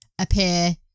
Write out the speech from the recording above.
appear